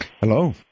Hello